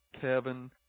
Kevin